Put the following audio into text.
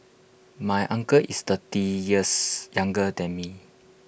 my uncle is thirty years younger than me